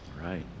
Right